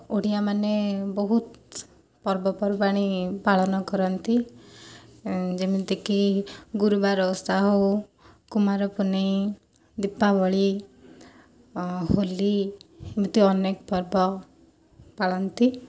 ଓଡ଼ିଆମାନେ ବୋହୁତ ପର୍ବପର୍ବାଣି ପାଳନ କରନ୍ତି ଯେମିତିକି ଗୁରୁବାର ଓଷା ହେଉ କୁମାର ପୁନେଇଁ ଦୀପାବଳି ହୋଲି ଏମିତି ଅନେକ ପର୍ବ ପାଳନ୍ତି